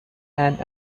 and